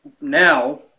Now